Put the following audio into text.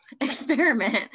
experiment